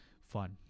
fun